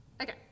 Okay